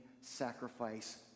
sacrifice